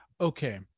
Okay